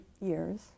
years